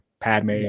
Padme